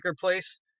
place